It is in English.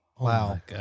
wow